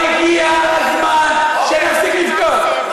אבל הגיע הזמן שנפסיק לבכות.